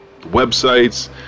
Websites